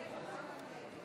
(קורא בשמות חברי הכנסת)